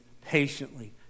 patiently